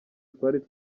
twari